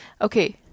Okay